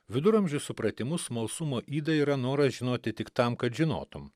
viduramžių supratimu smalsumo yda yra noras žinoti tik tam kad žinotum